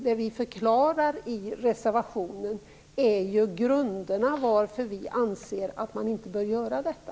Det som vi i reservationen förklarar är grunderna till att vi anser att man inte bör göra detta.